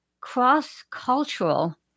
cross-cultural